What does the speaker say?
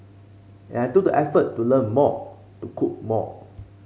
and I took the effort to learn more to cook more